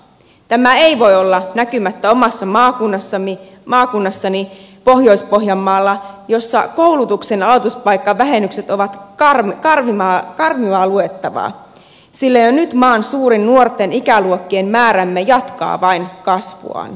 tämä ei voi olla näkymättä omassa maakunnassani pohjois pohjanmaalla missä koulutuksen aloituspaikkavähennykset ovat karmivaa luettavaa sillä jo nyt maan suurin nuorten ikäluokkien määrämme jatkaa vain kasvuaan